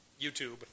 YouTube